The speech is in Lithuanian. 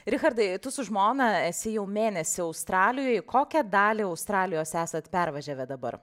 richardai tu su žmona esi jau mėnesį australijoj kokią dalį australijos esat pervažiavę dabar